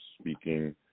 speaking